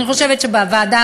אני חושבת שבוועדה,